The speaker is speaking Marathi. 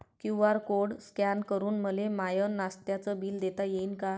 क्यू.आर कोड स्कॅन करून मले माय नास्त्याच बिल देता येईन का?